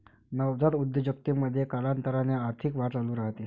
नवजात उद्योजकतेमध्ये, कालांतराने आर्थिक वाढ चालू राहते